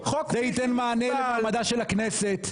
זה ייתן מענה למעמדה של הכנסת,